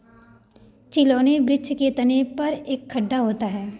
चिलौनी वृक्ष के तने पर एक गड्डा होता है